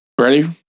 ready